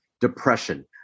depression